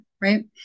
right